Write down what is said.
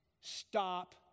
stop